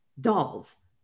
dolls